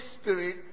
Spirit